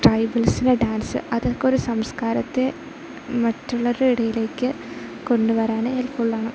ട്രൈബൽസിനെ dance അതൊക്കെ ഒരു സംസ്കാരത്തെ മറ്റുള്ളവരുടെ ഇടയിലേക്ക് കൊണ്ടുവരാൻ ഹെല്പ്ഫുള്ളാണ്